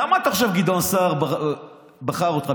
למה אתה חושב שגדעון סער בחר אותך,